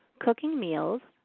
cooking meals,